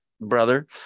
brother